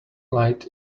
light